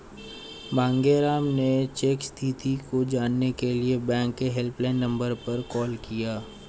मांगेराम ने चेक स्थिति को जानने के लिए बैंक के हेल्पलाइन नंबर पर कॉल किया